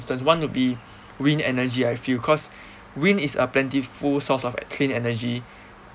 instance one would be wind energy I feel cause wind is a plentiful source of e~ clean energy